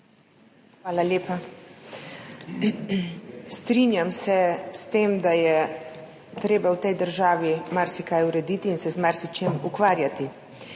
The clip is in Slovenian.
Hvala lepa. Strinjam se s tem, da je treba v tej državi marsikaj urediti in se z marsičem ukvarjati,